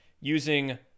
using